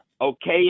Okay